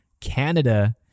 canada